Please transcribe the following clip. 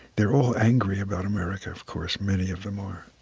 they're all angry about america, of course, many of them are.